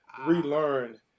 relearn